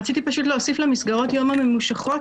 רציתי להוסיף למסגרות היום הממושכות,